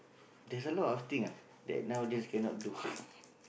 there's a lot of thing ah that nowadays cannot do